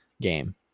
game